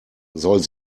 soll